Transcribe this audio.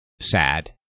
sad